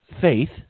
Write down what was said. faith